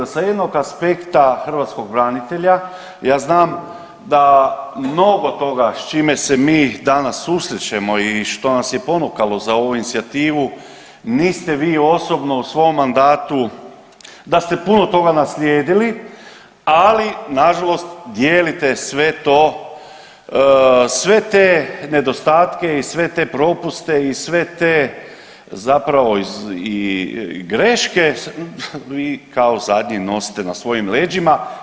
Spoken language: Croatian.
Sa jednog aspekta hrvatskog branitelja ja znam mnogo toga s čime se mi danas susrećemo i što nas je ponukalo za ovu inicijativu niste vi osobno u svom mandatu, da ste puno toga naslijedili, ali nažalost dijelite sve to, sve te nedostatke i sve te propuste i sve te zapravo i greške i kao zadnji nosite na svojim leđima.